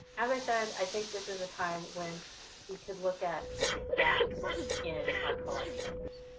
as i said, i think this is a time when we could look at the gaps in our collections.